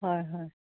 হয় হয়